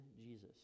Jesus